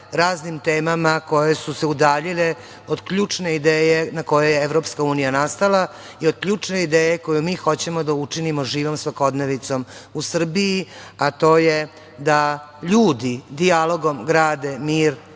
raznim temama koje su se udaljile od ključne ideje na kojoj je EU nastala i od ključne ideje koju mi hoćemo da učinimo živom svakodnevnicom u Srbiji, a to je da ljudi dijalogom grade mir